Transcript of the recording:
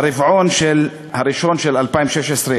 ברבעון הראשון של 2016,